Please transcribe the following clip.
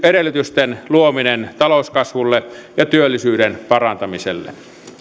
edellytysten luominen talouskasvulle ja työllisyyden parantamiselle